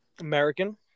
American